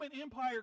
Empire